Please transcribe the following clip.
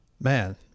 man